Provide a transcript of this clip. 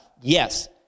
Yes